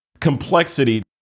complexity